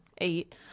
eight